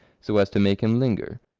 so as to make him linger.